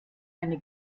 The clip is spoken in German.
eine